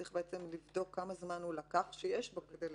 צריך לבדוק כמה זמן הוא לקח שיש בו כדי לעכב.